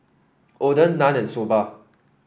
Oden Naan and Soba